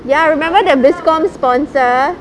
ya I remember that bizcomm sponsor